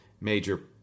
major